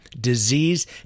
disease